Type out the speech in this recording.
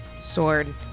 sword